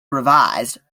revised